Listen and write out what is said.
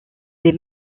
des